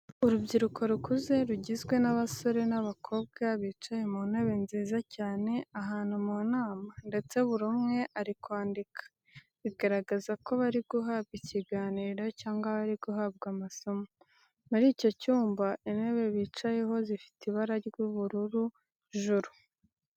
Urubyiruko rukuze rugizwe n'abasore n'abakobwa bicaye mu ntebe nziza cyane ahantu mu nama ndetse buri umwe ari kwandika, bigaragaza ko bari guhabwa ikiganiro cyangwa bari guhabwa amasomo. Muti icyo cyumba intebe bicayeho zifite ibara ry'ubururu juru.